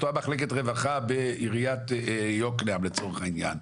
אותה מחלקת רווחה בעיריית יוקנעם, לצורך העניין,